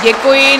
Děkuji.